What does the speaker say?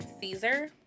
Caesar